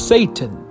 Satan